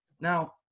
Now